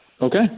Okay